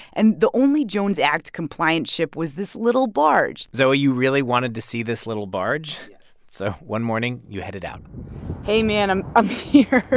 and the only jones-act-compliant ship was this little barge zoe, you really wanted to see this little barge so one morning, you headed out hey, man. i'm i'm here.